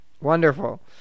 Wonderful